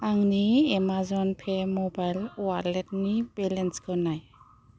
आंनि Amazon pay mobile वालेटनि बेलेन्सखौ नाय